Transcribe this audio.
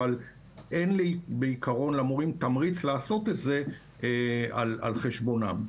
אבל אין בעיקרון למורים תמריץ לעשות את זה על חשבונם,